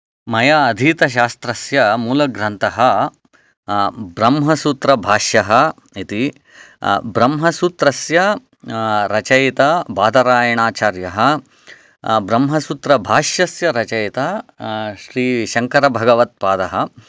मया अधीतशास्त्रस्य मूलग्रन्थः ब्रह्मसूत्रभाष्यः इति ब्रह्मसूत्रस्य रचयिता बादरायणाचार्यः ब्रह्मसूत्रभाष्यस्य रचयिता श्रीशङ्करभगवत्पादः